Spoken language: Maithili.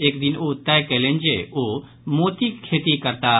एक दिन ओ तय कयलनि जे ओ मोतिक खेती करताह